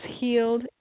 healed